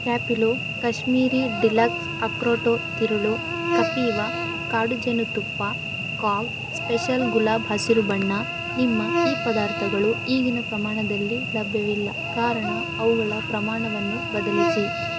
Happilo Kashmiri deluxe ಅಕ್ರೋಟೊ ತಿರುಳು ಕಪೀವಾ ಕಾಡು ಜೇನುತುಪ್ಪ ಕಾಕ್ ಸ್ಪೆಷಲ್ ಗುಲಾಬ್ ಹಸಿರು ಬಣ್ಣ ನಿಮ್ಮ ಈ ಪದಾರ್ಥಗಳು ಈಗಿನ ಪ್ರಮಾಣದಲ್ಲಿ ಲಭ್ಯವಿಲ್ಲ ಕಾರಣ ಅವುಗಳ ಪ್ರಮಾಣವನ್ನು ಬದಲಿಸಿ